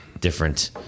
different